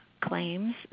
claims